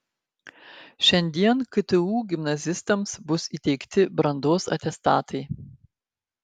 šiandien ktu gimnazistams bus įteikti brandos atestatai